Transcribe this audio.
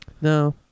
No